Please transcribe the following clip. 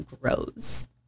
grows